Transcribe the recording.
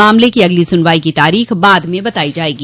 मामले की अगली सुनवाई की तारीख बाद में बतायी जायेगी